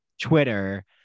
Twitter